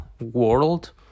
world